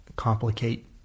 complicate